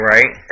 Right